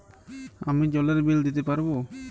আমি জলের বিল দিতে পারবো?